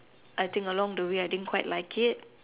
I think along the way I didn't quite like it